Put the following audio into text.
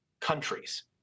countries